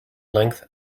length